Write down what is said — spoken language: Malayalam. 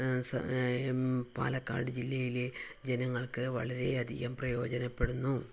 പാലക്കാട് ജില്ലയിലെ ജനങ്ങൾക്ക് വളരെയധികം പ്രയോജനപ്പെടുന്നു